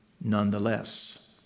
nonetheless